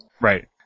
Right